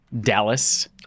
Dallas